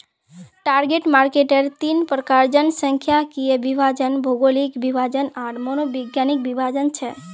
target marketer तीन प्रकार जनसांख्यिकीय विभाजन, भौगोलिक विभाजन आर मनोवैज्ञानिक विभाजन छेक